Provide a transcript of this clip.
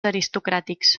aristocràtics